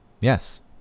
yes